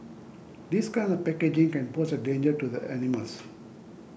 this kind of packaging can pose a danger to the animals